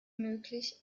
möglich